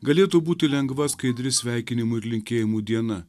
galėtų būti lengva skaidri sveikinimų ir linkėjimų diena